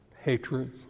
hatred